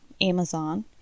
Amazon